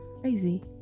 Crazy